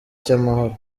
cy’amahoro